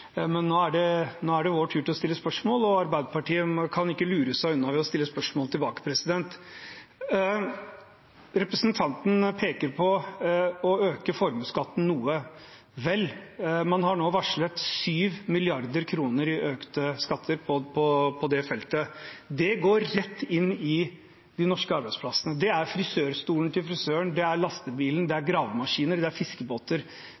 det da også. Men nå er det vår tur til å stille spørsmål, og Arbeiderpartiet kan ikke lure seg unna ved å stille spørsmål tilbake. Representanten peker på å øke formuesskatten noe. Vel, man har nå varslet 7 mrd. kr i økte skatter på det feltet. Det går rett inn i de norske arbeidsplassene. Det er frisørstolen til frisøren, det er lastebilen, det er gravemaskiner, det er fiskebåter.